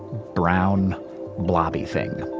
brown blobby thing.